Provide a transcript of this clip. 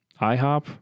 IHOP